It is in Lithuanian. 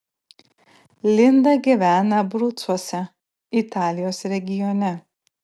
linda gyvena abrucuose italijos regione